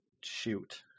shoot